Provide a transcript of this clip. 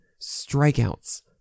strikeouts